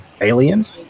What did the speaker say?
Aliens